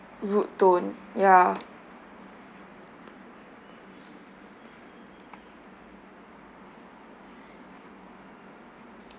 rude tone ya